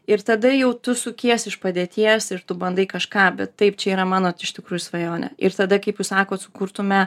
ir tada jau tu sukies iš padėties ir tu bandai kažką bet taip čia yra mano iš tikrųjų svajonė ir tada kaip jūs sakot sukurtume